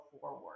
forward